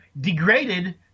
degraded